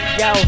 yo